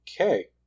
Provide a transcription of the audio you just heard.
Okay